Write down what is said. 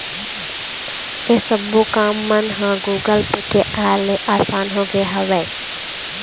ऐ सब्बो काम मन ह गुगल पे के आय ले असान होगे हवय